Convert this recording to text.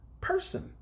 person